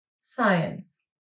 Science